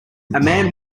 man